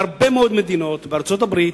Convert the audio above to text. בהרבה מאוד מדינות -בארצות-הברית,